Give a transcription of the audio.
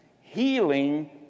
healing